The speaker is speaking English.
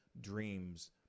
dreams